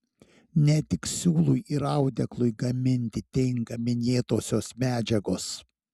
ne tik siūlui ir audeklui gaminti tinka minėtosios medžiagos